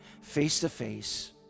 face-to-face